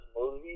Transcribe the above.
movie